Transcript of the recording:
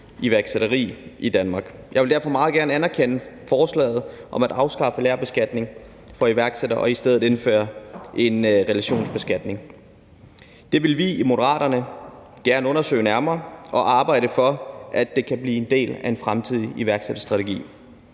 iværksætteri i Danmark. Jeg vil derfor meget gerne anerkende forslaget om at afskaffe lagerbeskatning for iværksættere og i stedet indføre en relationsbeskatning. Det vil vi i Moderaterne gerne undersøge nærmere og arbejde for kan blive en del af en fremtidig iværksætterstrategi.